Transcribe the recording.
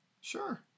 Sure